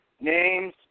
names